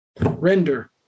render